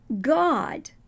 God